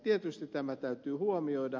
tietysti tämä täytyy huomioida